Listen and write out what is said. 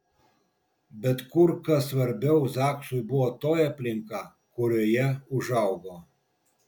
bet kur kas svarbiau zaksui buvo toji aplinka kurioje užaugo